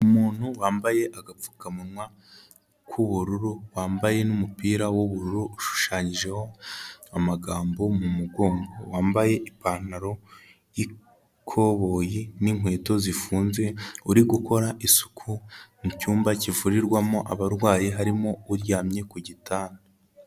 Umuntu wambaye agapfukamunwa k'ubururu wambaye n'umupira w'ubururu ushushanyijeho amagambo mu mugongo. Wambaye ipantaro y'ikoboyi n'inkweto zifunze uri gukora isuku mu cyumba kivurirwamo abarwayi, harimo uryamye ku gitanda.